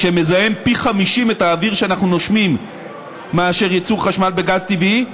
שמזהם פי 50 את האוויר שאנחנו נושמים מאשר ייצור חשמל בגז טבעי,